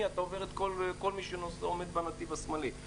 אתה עובר את כל מי שנמצא בנתיב השמאלי.